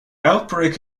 outbreak